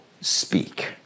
speak